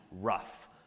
rough